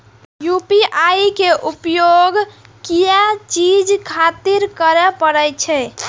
UPI के उपयोग किया चीज खातिर करें परे छे?